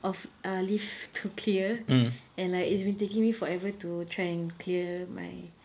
of err leave to clear and like it's been taking me forever to try and clear my